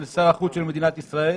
של שר החוץ של מדינת ישראל.